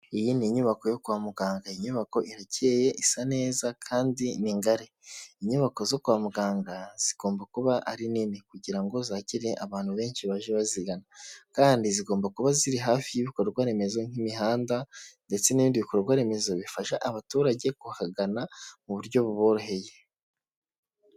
Iyi ni inyubako yo kwa muganga, iyi nyubako irakeye isa neza kandi ni ngari, inyubako zo kwa muganga zigomba kuba ari nini kugirango ngo zakire abantu benshi baje bazigana kandi zigomba kuba ziri hafi y'ibikorwa remezo nk'imihanda ndetse n'ibindi bikorwa remezo bifasha abaturage kuhagana mu buryo buboroheye.